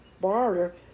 borrower